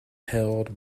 held